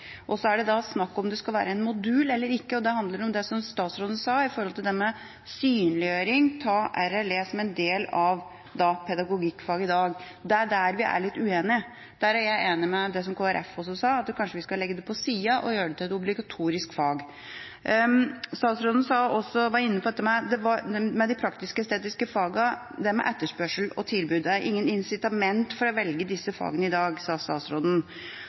og så er det da snakk om det skal være en modul eller ikke, og det handler om det som statsråden sa om det med synliggjøring av RLE som en del av pedagogikkfaget i dag. Det er der vi er litt uenige. Der er jeg enig i det som man fra Kristelig Folkeparti også sa, at vi kanskje skal legge det på siden og gjøre det til et obligatorisk fag. Statsråden var inne på de praktisk-estetiske fagene og dette med etterspørsel og tilbud. Det er ingen incitament for å velge disse fagene i dag, sa statsråden.